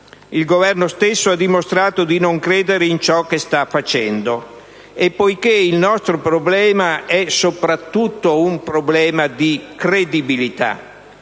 II Governo stesso ha dimostrato di non credere in ciò che sta facendo. II problema nostro è soprattutto un problema di credibilità.